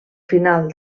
final